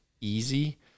easy